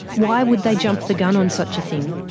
why would they jump the gun on such a thing?